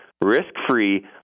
risk-free